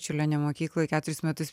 čiurlionio mokykloj keturis metus